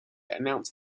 announced